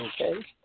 Okay